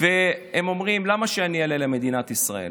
והם אומרים: למה שאני אעלה למדינת ישראל?